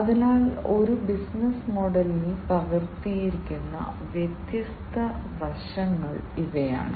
അതിനാൽ ഒരു ബിസിനസ്സ് മോഡലിൽ പകർത്തിയിരിക്കുന്ന വ്യത്യസ്ത വശങ്ങൾ ഇവയാണ്